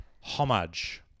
homage